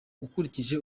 ukurikije